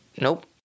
Nope